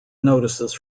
notices